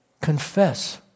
confess